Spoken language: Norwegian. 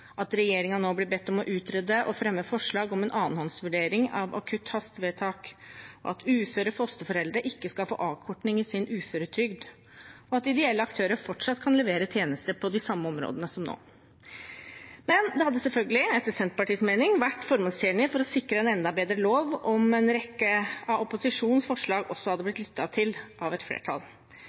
at regjeringen nå blir bedt om å utrede og fremme forslag om en annenhåndsvurdering av akutt hastevedtak, at uføre fosterforeldre ikke skal få avkorting i sin uføretrygd, og at ideelle aktører fortsatt kan levere tjenester på de samme områdene som nå. For å sikre en enda bedre lov hadde det etter Senterpartiets mening selvfølgelig vært formålstjenlig om en rekke av opposisjonens forslag også hadde blitt lyttet til av et flertall